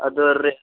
ಅದು ರೆ